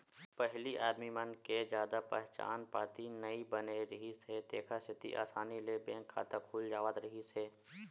पहिली आदमी मन के जादा पहचान पाती नइ बने रिहिस हे तेखर सेती असानी ले बैंक खाता खुल जावत रिहिस हे